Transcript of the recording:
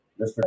Mr